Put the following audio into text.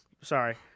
Sorry